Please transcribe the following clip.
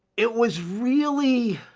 it was really,